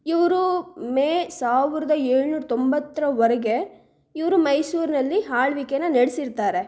ಇವರು ಮೇ ಸಾವಿರದ ಏಳುನೂರ ತೊಂಬತ್ತರವರೆಗೆ ಇವರು ಮೈಸೂರಿನಲ್ಲಿ ಆಳ್ವಿಕೆನ ನಡೆಸಿರ್ತಾರೆ